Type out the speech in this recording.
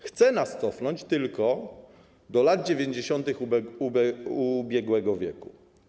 Chce nas cofnąć tylko do lat 90. ubiegłego wieku.